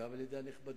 גם על-ידי הנכבדים,